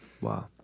Wow